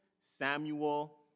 Samuel